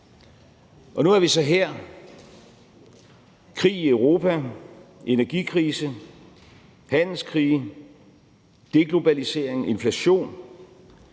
Nu er vi så her: krig i Europa, energikrise, handelskrige, deglobalisering, inflation.